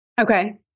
Okay